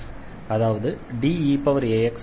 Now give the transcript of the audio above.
அதாவது Deaxaeax